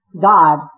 God